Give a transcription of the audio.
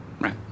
Right